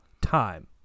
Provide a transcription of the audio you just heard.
time